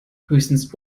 höchstens